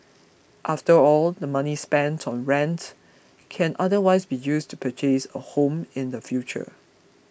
after all the money spent on rent can otherwise be used to purchase a home in the future